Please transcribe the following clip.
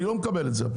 אני לא מקבל את זה.